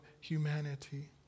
humanity